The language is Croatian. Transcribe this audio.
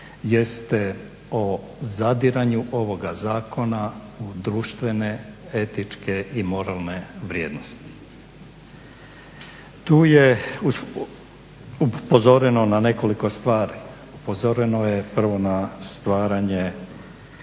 jeste o zadiranju ovoga zakona u društvene etičke i moralne vrijednosti. Tu je upozoreno na nekoliko stvari. Upozoreno je prvo na stvaranje,